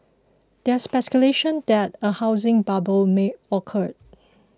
there is speculation that a housing bubble may occur